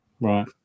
Right